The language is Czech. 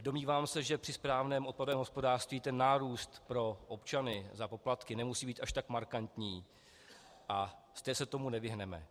Domnívám se, že při správném odpadovém hospodářství ten nárůst pro občany za poplatky nemusí být až tak markantní a stejně se tomu nevyhneme.